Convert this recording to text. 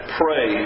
pray